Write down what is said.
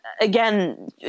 again